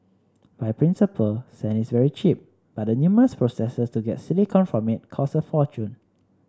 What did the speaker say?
by principle sand is very cheap but the numerous processes to get silicon from it cost a fortune